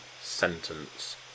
sentence